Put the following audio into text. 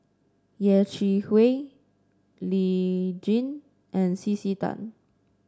Yeh Chi Wei Lee Tjin and C C Tan